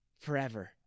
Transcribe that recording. Forever